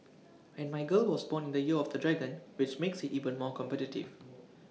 and my girl was born in the year of the dragon which makes IT even more competitive